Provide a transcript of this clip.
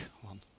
one